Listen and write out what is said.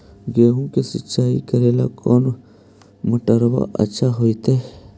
गेहुआ के सिंचाई करेला कौन मोटरबा अच्छा होतई?